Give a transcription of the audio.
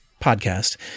podcast